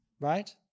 right